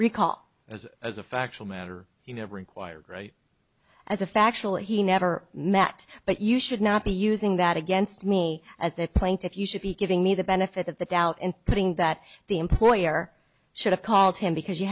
recall as as a factual matter you know required as a factual he never met but you should not be using that against me as a plaintiff you should be giving me the benefit of the doubt in putting that the employer should have called him because you